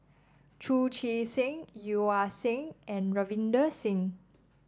Chu Chee Seng Yeo Ah Seng and Ravinder Singh